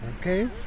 okay